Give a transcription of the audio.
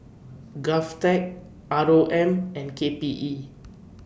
Govtech R O M and K P E